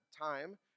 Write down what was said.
time